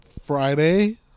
Friday